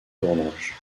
tournage